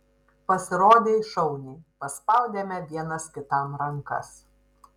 pasirodei šauniai paspaudėme vienas kitam rankas